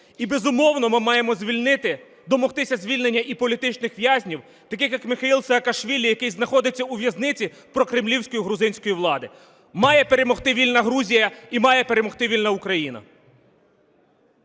І, безумовно, ми маємо звільнити, домогтися звільнення і політичних в'язнів, таких як Міхеіл Саакашвілі, який знаходиться у в'язниці прокремлівської грузинської влади. Має перемогти вільна Грузія і має перемогти вільна Україна.